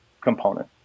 component